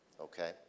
Okay